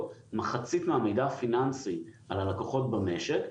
מחצית מהמידע הפיננסי על הלקוחות במשק,